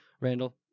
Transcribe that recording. Randall